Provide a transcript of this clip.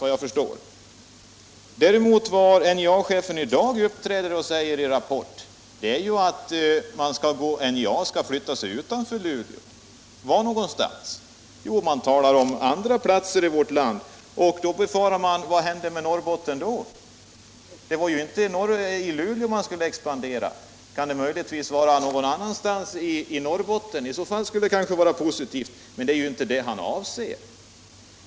Vad NJA-chefen i dag sade i Rapport var att man skulle flytta utanför Luleå. Var någonstans? Jo, han talade om andra platser i vårt land. Vad händer då med Norrbotten? Det var ju inte i Luleå man skulle expandera. Kan det möjligen vara någon annanstans i Norrbotten? Det vore i så fall positivt, men det var inte vad NJA-chefen avsåg.